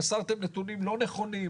מסרתם נתונים לא נכונים,